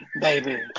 baby